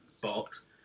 box